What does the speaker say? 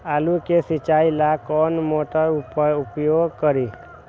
आलू के सिंचाई ला कौन मोटर उपयोग करी?